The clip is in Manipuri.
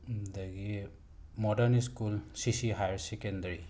ꯑꯗꯒꯤ ꯃꯣꯗ꯭ꯔꯟ ꯁ꯭ꯀꯨꯜ ꯁꯤ ꯁꯤ ꯍꯥꯌꯔ ꯁꯦꯀꯦꯟꯗꯔꯤ